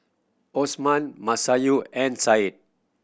Osman Masayu and Said